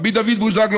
ורבי דוד בוזגלו,